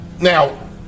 now